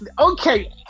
Okay